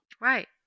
Right